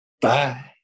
bye